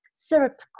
syrup